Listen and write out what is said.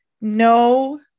no